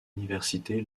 université